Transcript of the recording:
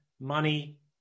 money